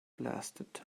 blasted